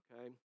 okay